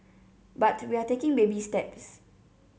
but we are taking baby steps